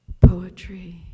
poetry